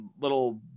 little